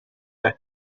and